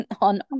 on